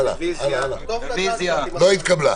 ההסתייגות לא התקבלה.